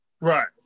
right